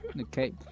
okay